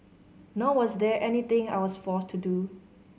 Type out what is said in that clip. nor was there anything I was forced to do